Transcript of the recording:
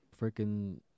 freaking